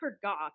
forgot